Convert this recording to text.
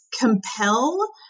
compel